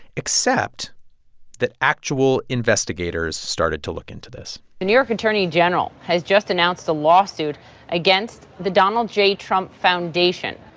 except that actual investigators started to look into this the new york attorney general has just announced a lawsuit against the donald j. trump foundation.